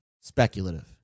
speculative